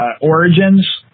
Origins